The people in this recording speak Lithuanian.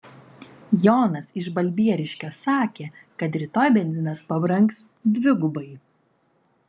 jonas iš balbieriškio sakė kad rytoj benzinas pabrangs dvigubai